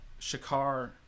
shakar